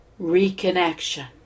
reconnection